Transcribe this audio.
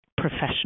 professional